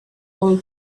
all